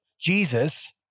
Jesus